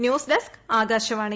news desk Akashvani